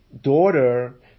daughter